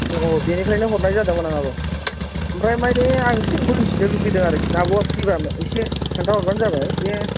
अ अ बेनिफ्रायनो हरनाय जादोंमोन आं आब' ओमफ्राय माने आं इसे मोन्थिनो लुबैदों आरोखि दा आब'आ फ्रि बा इसे खोनथाहरबानो जाबाय बे